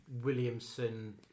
Williamson